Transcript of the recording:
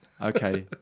okay